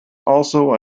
also